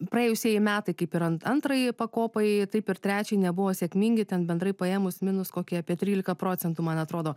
praėjusieji metai kaip ir ant antrajai pakopai taip ir trečiai nebuvo sėkmingi tad bendrai paėmus minus kokie apie trylika procentų man atrodo